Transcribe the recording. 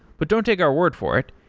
but don't take our word for it,